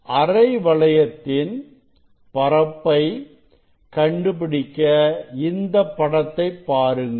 அரை வளையத்தின் பரப்பை கண்டு பிடிக்க இந்தப் படத்தைப் பாருங்கள்